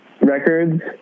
records